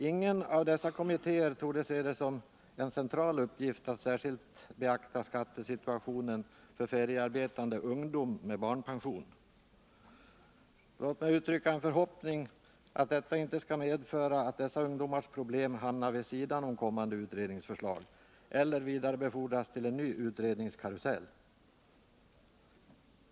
Ingen av dessa kommittéer torde se det som en central uppgift att särskilt beakta skattesituationen för feriearbetande ungdom med barnpension. Låt mig uttrycka förhoppningen att detta inte skall medföra att dessa ungdomars problem hamnar vid sidan om kommande utredningsförslag eller vidarebefordras till en ny utredningskarusell.